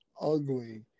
ugly